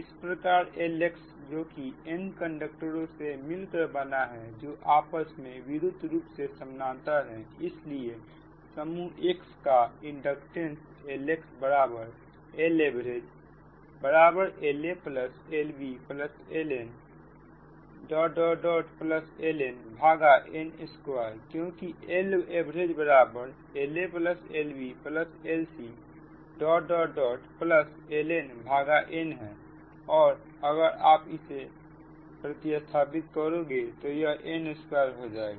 इस प्रकार Lxजोकि n कंडक्टरो से मिलकर बना है जो आपस में विद्युत रूप से समानांतर है इसलिए समूह X का इंडक्टेंस LxLaverage LaLbLcLnn2 क्योंकि L average LaLbLcLnn और अगर आप इसे इसमें प्रतिस्थापित करोगे तो यह n2 हो जाएगा